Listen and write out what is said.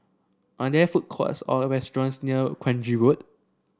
are there food courts or restaurants near Kranji Road